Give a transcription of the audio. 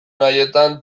haietan